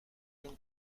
jean